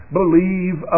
believe